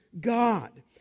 God